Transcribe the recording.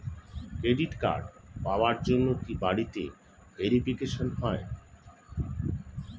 Credit card পাওয়ার জন্য কি বাড়িতে ভেরিফিকেশন হয়?